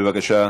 בבקשה.